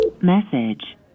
Message